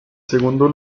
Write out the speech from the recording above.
segundo